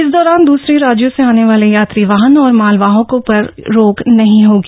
इस दौरान दूसरे राज्यों से आने वाले यात्री वाहन और मालवाहकों पर रोक नहीं होगी